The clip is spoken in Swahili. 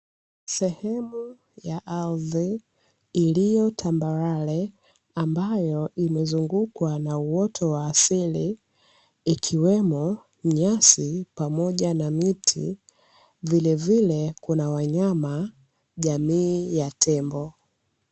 Sehemu ya aridhi iliyotambalale ambayo imezungukwa na uoto wa asili ikiwemo nyasi pamoja na miti. Vilevile kuna wanyama jamii ya tembo.